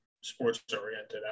sports-oriented